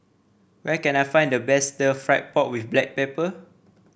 where can I find the best Stir Fried Pork with Black Pepper